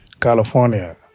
California